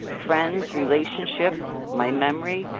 friends, relationships, my memory,